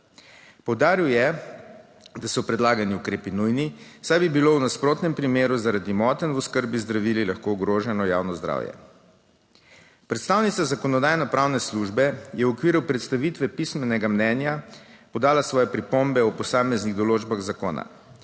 Poudaril je, da so predlagani ukrepi nujni, saj bi bilo v nasprotnem primeru zaradi motenj v oskrbi z zdravili lahko ogroženo javno zdravje. Predstavnica Zakonodajno-pravne službe je v okviru predstavitve pismenega mnenja podala svoje pripombe o posameznih določbah zakona.